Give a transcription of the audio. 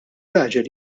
raġel